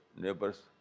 neighbors